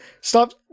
stop